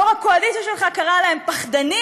יו"ר הקואליציה שלך קרא להם פחדנים,